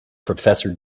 professor